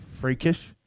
freakish